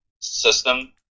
system